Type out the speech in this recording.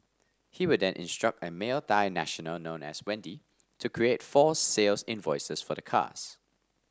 he would then instruct a male Thai national known as Wendy to create false sales invoices for the cars